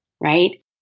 right